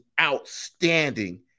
outstanding